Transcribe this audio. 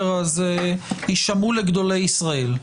הישמעו לגדולי ישראל.